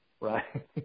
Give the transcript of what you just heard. Right